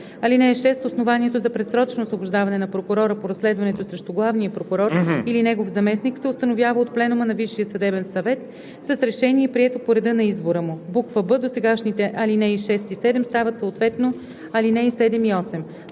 ал. 6: „(6) Основанието за предсрочно освобождаване на прокурора по разследването срещу главния прокурор или негов заместник се установява от пленума на Висшия съдебен съвет с решение, прието по реда за избора му.“; б) досегашните ал. 6 и 7 стават съответно ал. 7 и 8.